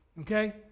Okay